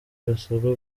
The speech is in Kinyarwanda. basabwa